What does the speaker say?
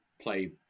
play